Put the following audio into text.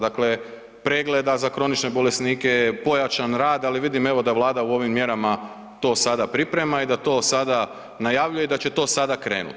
Dakle, pregleda za kronične bolesnike, pojačan rad, ali vidim evo da Vlada u ovim mjerama to sada priprema i da to sada najavljuje i da će to sada krenut.